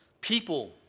People